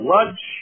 Lunch